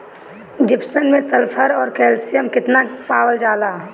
Gypsum मैं sulphur औरी calcium कितना कितना पावल जाला?